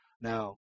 Now